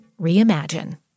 Reimagine